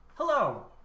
Hello